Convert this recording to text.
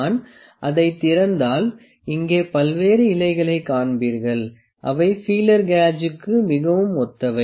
நான் அதைத் திறந்தால் இங்கே பல்வேறு இலைகளைக் காண்பீர்கள் அவை ஃபீலர் கேஜுக்கு மிகவும் ஒத்தவை